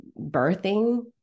birthing